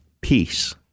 peace